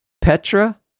Petra